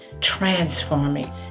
transforming